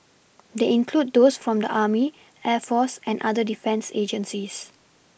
they include those from the army air force and other defence agencies